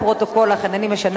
מאחר שיש פה דרישות לוועדה אחרת,